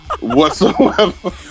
whatsoever